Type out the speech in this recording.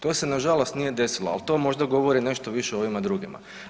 To se nažalost nije desilo, ali to možda govori nešto više o ovima drugima.